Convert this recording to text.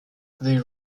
they